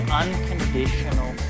unconditional